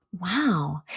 Wow